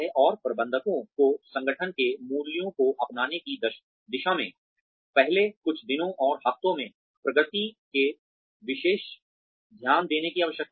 और प्रबंधकों को संगठन के मूल्यों को अपनाने की दिशा में पहले कुछ दिनों और हफ्तों में प्रगति के विशेष ध्यान देने की आवश्यकता है